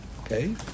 Okay